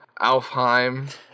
Alfheim